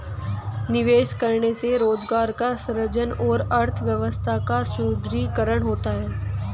निवेश करने से रोजगार का सृजन और अर्थव्यवस्था का सुदृढ़ीकरण होता है